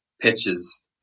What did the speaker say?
pitches